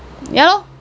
ya lor